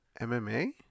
MMA